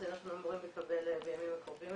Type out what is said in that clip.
אנחנו אמורים לקבל בימים הקרובים,